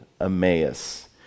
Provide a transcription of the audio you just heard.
Emmaus